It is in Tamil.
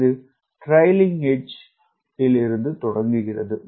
இது ட்ரைக்ளிங் எட்ஜ் இருந்து தொடங்குகிறது